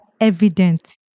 evident